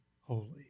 holy